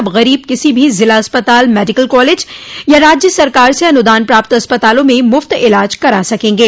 अब गरीब किसी भी जिला अस्पताल मेडिकल कॉलेज या राज्य सरकार से अनुदान प्राप्त अस्पतालों में मुफ्त इलाज करा सकेंगे